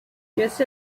just